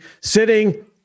sitting